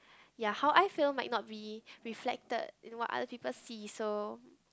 ya how I feel might not be reflected in what other people see so